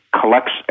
collects